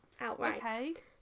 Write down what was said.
outright